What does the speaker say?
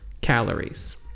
calories